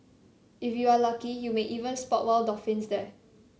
if you are lucky you may even spot wild dolphins there